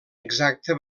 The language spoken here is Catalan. exacta